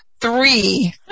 three